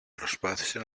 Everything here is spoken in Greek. προσπάθησε